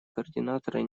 координаторы